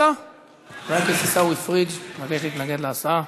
חבר הכנסת עיסאווי פריג' מבקש להתנגד להצעה.